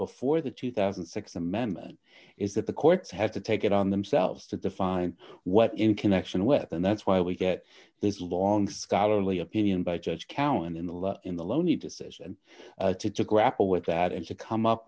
before the two thousand and six amendment is that the courts have to take it on themselves to define what in connection with and that's why we get this long scholarly opinion by judge cowan in the law in the lonely decision to grapple with that and to come up